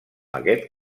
aquest